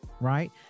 Right